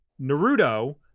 Naruto